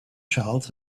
charles